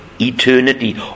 eternity